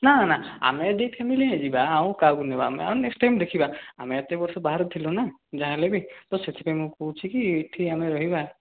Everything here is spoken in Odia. ନାଁ ନାଁ ଆମେ ଏ ଦି ଫ୍ୟାମିଲି ହିଁ ଯିବା ଆଉ କାହାକୁ ନେବା ଆଉ ଆମେ ନେକ୍ସଟ ଟାଇମ୍ ଦେଖିବା ଆମେ ଏତେ ବର୍ଷ ବାହାରେ ଥିଲୁନା ଯାହା ହେଲେବି ତ ସେଥିପାଇଁ ମୁଁ କହୁଛି କି ଇଠି ଆମେ ରହିବା